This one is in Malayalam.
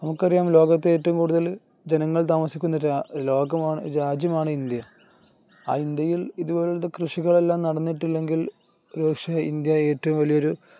നമുക്കറിയാം ലോകത്തെ ഏറ്റവും കൂടുതല് ജനങ്ങൾ താമസിക്കുന്ന ലോകമാണ് രാജ്യമാണ് ഇന്ത്യ ആ ഇന്ത്യയിൽ ഇതുപോലത്തെ കൃഷികളെല്ലാം നടന്നിട്ടില്ലെങ്കിൽ ഒരുപക്ഷേ ഇന്ത്യ ഏറ്റവും വലിയൊരു